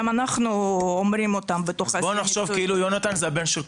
אנחנו אומרים אותם --- בואו נחשוב כאילו יונתן זה הבן של כולנו,